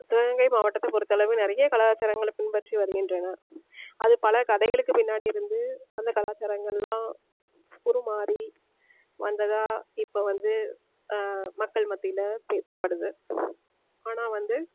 சிவகங்கை மாவட்டத்தை பொருத்தளவு நிறைய கலாச்சாரங்களை பின்பற்றி வருகின்றன அது பல கதைகளுக்கு பின்னாடி இருந்து அந்த கலாச்சாரங்கள்லாம் உருமாறி வந்ததாக இப்போ வந்து மக்கள் மத்தியில் பேசப்படுது ஆனால் வந்து